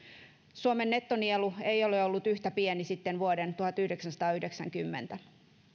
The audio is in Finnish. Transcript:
suomen nettonielu ei ole ollut yhtä pieni sitten vuoden tuhatyhdeksänsataayhdeksänkymmentä